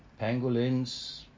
Pangolins